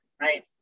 right